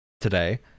today